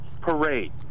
parade